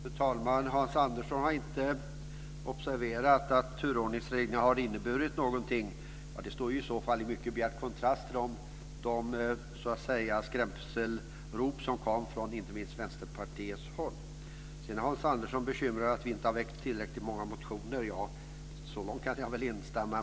Fru talman! Hans Andersson har inte observerat att turordningsreglerna har inneburit någonting. Det står i så fall i mycket bjärt kontrast till de skrämselrop som kom inte minst från Vänsterpartiets håll. Sedan är Hans Andersson bekymrad för att vi inte har väckt tillräckligt många motioner. Så långt kan jag väl instämma.